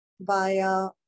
via